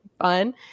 fun